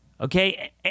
Okay